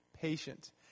patient